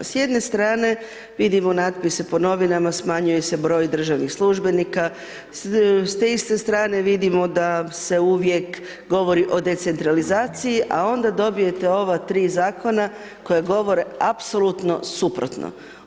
S jedne strane vidimo natpis po novinama, smanjuje se broj državnih službenika, s te iste strane vidimo da se uvijek govori o decentralizaciji a onda dobijete ova 3 zakona koja govore apsolutno suprotno.